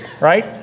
right